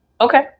Okay